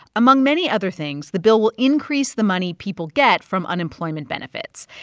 among many other things, the bill will increase the money people get from unemployment benefits,